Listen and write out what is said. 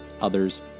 others